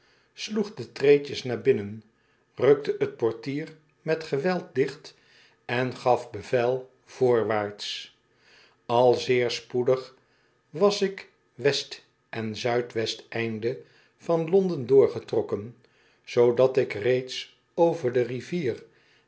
sloeg de treedjes naar binnen rukte t portier met geweld dicht en gaf bevel voorwaarts al zeer spoedig was ik t w en z w eindo van londen doorgetrokken zoodat ik reeds over de rivier